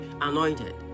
anointed